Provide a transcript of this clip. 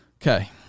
Okay